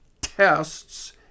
tests